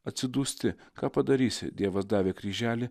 atsidūsti ką padarysi dievas davė kryželį